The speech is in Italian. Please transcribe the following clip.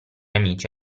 amici